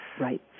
Right